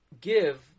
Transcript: give